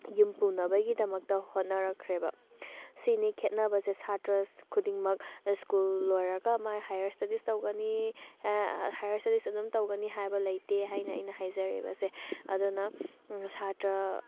ꯌꯨꯝ ꯄꯨꯅꯕꯒꯤꯗꯃꯛꯇ ꯍꯣꯠꯅꯔꯛꯈ꯭ꯔꯦꯕ ꯁꯤꯅꯤ ꯈꯦꯠꯅꯕꯁꯦ ꯁꯥꯇ꯭ꯔ ꯈꯨꯗꯤꯡꯃꯛ ꯁ꯭ꯀꯨꯜ ꯂꯣꯏꯔꯒ ꯃꯥ ꯍꯥꯏꯌꯔ ꯏꯁꯇꯗꯤꯁ ꯇꯧꯒꯅꯤ ꯍꯥꯏꯌꯔ ꯏꯁꯇꯗꯤꯁ ꯑꯗꯨꯝ ꯇꯧꯒꯅꯤ ꯍꯥꯏꯕ ꯂꯩꯇꯦ ꯍꯥꯏꯅ ꯑꯩꯅ ꯍꯥꯏꯖꯔꯤꯕꯁꯦ ꯑꯗꯨꯅ ꯁꯥꯇ꯭ꯔ